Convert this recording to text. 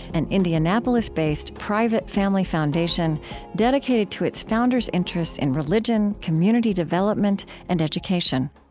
an indianapolis-based, private family foundation dedicated to its founders' interests in religion, community development, and education